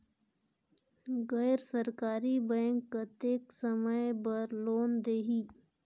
गैर सरकारी बैंक कतेक समय बर लोन देहेल?